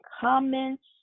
comments